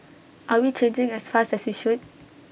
are we changing as fast as we should